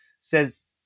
says